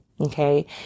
Okay